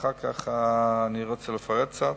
ואחר כך אני רוצה לפרט קצת.